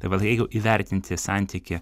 tai vat jeigu įvertinti santykį